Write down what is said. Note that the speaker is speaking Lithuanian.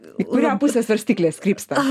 į kurią pusę svarstyklės krypsta